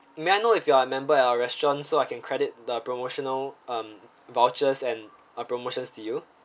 may I know if you are a member at our restaurant so I can credit the promotional um vouchers and uh promotions to you